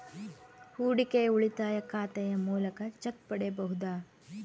ಹೂಡಿಕೆಯ ಉಳಿತಾಯ ಖಾತೆಯ ಮೂಲಕ ಚೆಕ್ ಪಡೆಯಬಹುದಾ?